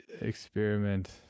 Experiment